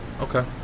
okay